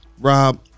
Rob